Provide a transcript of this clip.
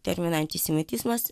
terminą antisemitizmas